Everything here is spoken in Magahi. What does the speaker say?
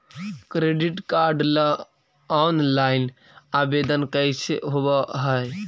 क्रेडिट कार्ड ल औनलाइन आवेदन कैसे होब है?